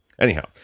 anyhow